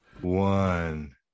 One